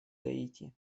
гаити